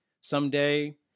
someday